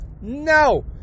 No